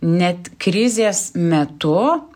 net krizės metu